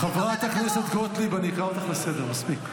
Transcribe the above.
חברת הכנסת גוטליב, את מפריעה לדוברת.